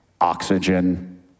Oxygen